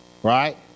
Right